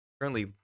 currently